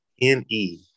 N-E